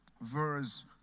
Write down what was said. verse